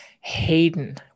Hayden